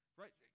right